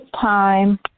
time